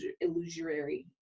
illusory